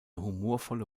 humorvolle